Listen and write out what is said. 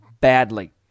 badly